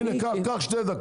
קח שתי דקות.